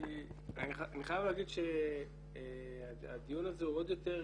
אני חייב להגיד שהדיון הזה הוא עוד יותר